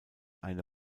eine